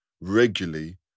regularly